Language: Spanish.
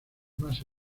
más